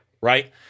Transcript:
right